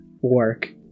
work